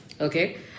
Okay